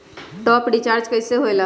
Top up recharge कइसे होएला?